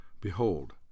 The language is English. behold